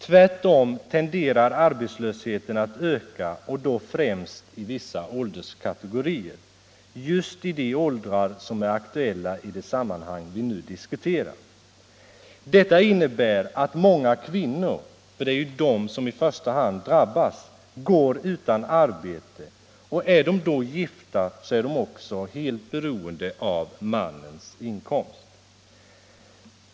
Tvärtom tenderar arbetslösheten att öka, speciellt i vissa ålderskategorier och främst just i de åldrar som är aktuella i det sammanhang som vi nu diskuterar. Detta innebär att många kvinnor — det är ju de som i första hand drabbas — går utan arbete, och är de då gifta är de helt beroende av mannens inkomst.